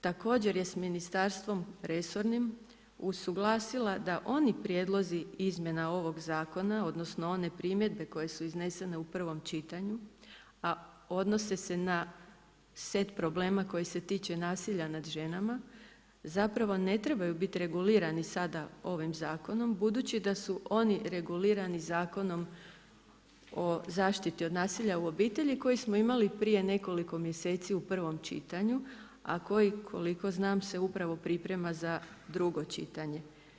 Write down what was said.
Također je sa ministarstvom resornim usuglasila da oni prijedlozi izmjena ovog zakona, odnosno one primjedbe koje su iznesene u prvom čitanju a odnose se na set problema koji se tiču nasilja nad ženama zapravo ne trebaju biti regulirani sada ovim zakonom budući da su oni regulirani Zakonom o zaštiti od nasilja u obitelji koji smo imali prije nekoliko mjeseci u prvom čitanju a koji koliko znam se upravo priprema za drugo čitanje.